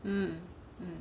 mm mm